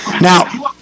Now